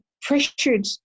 pressured